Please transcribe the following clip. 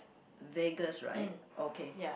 Vegas right okay